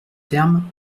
termes